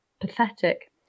pathetic